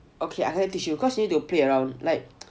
okay let me teach you cause you need to play around